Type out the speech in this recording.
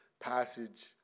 passage